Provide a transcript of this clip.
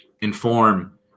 inform